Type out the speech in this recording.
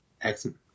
Excellent